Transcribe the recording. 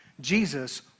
Jesus